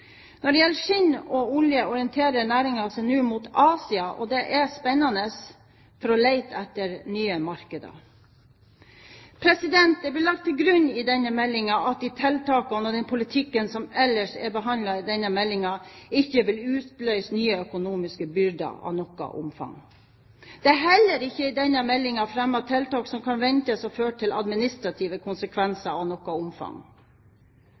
Når det gjelder skinn og oljer, orienterer næringen seg nå mot Asia – og det er spennende – for å lete etter nye markeder. Det blir lagt til grunn i denne meldingen at de tiltakene og den politikken som ellers er behandlet i denne meldingen, ikke vil utløse nye økonomiske byrder av noe omfang. Det er heller ikke i denne meldingen fremmet tiltak som kan ventes å føre til administrative konsekvenser av noe omfang.